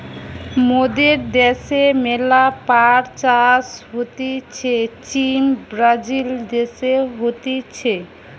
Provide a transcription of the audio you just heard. মোদের দ্যাশে ম্যালা পাট চাষ হতিছে চীন, ব্রাজিল দেশে হতিছে